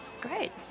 Great